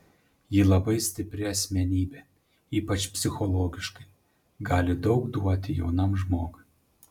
ji labai stipri asmenybė ypač psichologiškai gali daug duoti jaunam žmogui